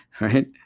right